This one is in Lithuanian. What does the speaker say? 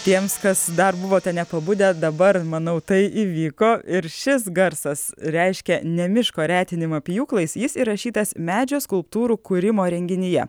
tiems kas dar buvote nepabudę dabar manau tai įvyko ir šis garsas reiškia ne miško retinimą pjūklais jis įrašytas medžio skulptūrų kūrimo renginyje